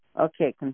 Okay